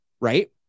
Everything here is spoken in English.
right